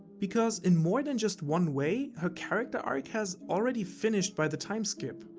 because in more than just one way her character arc has already finished by the time skip.